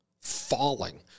Falling